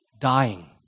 dying